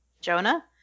Jonah